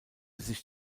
sich